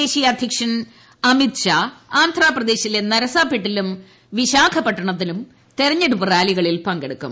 ദേശീയ അധ്യക്ഷൻ അമിത്ഷാ ആന്ധ്ര പ്രദേശിലെ നരസാപെട്ടിലും വിശാഖപട്ടണത്തും തെരഞ്ഞെടുപ്പ് റാലികളിൽ പങ്കെടുക്കും